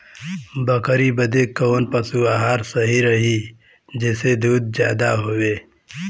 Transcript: बकरी बदे कवन पशु आहार सही रही जेसे दूध ज्यादा होवे?